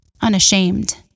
unashamed